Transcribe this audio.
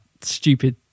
stupid